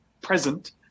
present